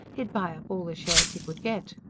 he'd buy up all the shares he could get.